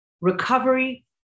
recovery